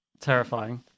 terrifying